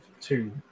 two